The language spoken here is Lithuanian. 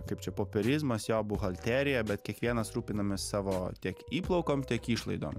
kaip čia popierizmas jo buhalterija bet kiekvienas rūpinamės savo tiek įplaukom tiek išlaidom